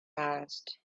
passed